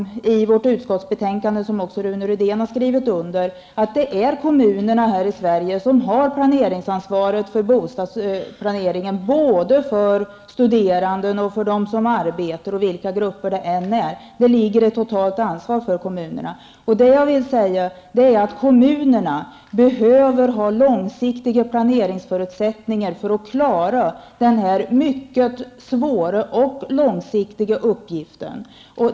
I det utskottsbetänkande som också Rune Rydén har skrivit under har vi enhälligt uttryckt att det är kommunerna här i Sverige som har ansvaret för bostadsplaneringen, såväl när det gäller de studerande som i fråga om de som arbetar och alla andra grupper. Kommunernas ansvar är i det här fallet totalt, och de behöver ha långsiktiga planeringsförutsättningar för att de skall kunna klara sin mycket svåra uppgift.